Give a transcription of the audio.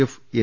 F N